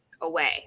away